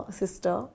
sister